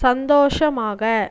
சந்தோஷமாக